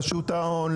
רשות ההון,